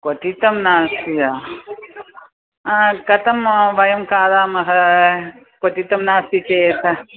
क्वथितं नास्ति वा ह कथं वयं खादामः क्वथितं नास्ति चेत्